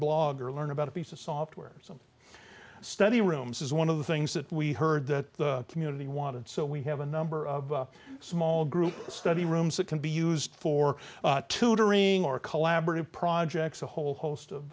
blog or learn about a piece of software so study rooms is one of the things that we heard that the community wanted so we have a number of small group study rooms that can be used for tutoring or collaborative projects a whole host of